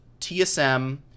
TSM